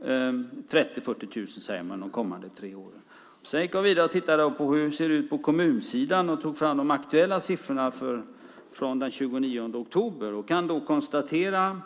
30 000-40 000, säger man för de kommande tre åren. Jag gick vidare och tittade på hur det såg ut på kommunsidan och tog fram de aktuella siffrorna från den 29 oktober. Jag kan då konstatera